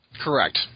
Correct